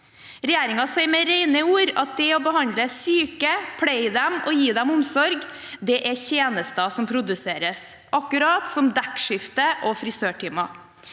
Regjeringen sier med rene ord at det å behandle, pleie og gi omsorg til syke er tjenester som produseres – akkurat som dekkskifte og frisørtimer.